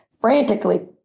frantically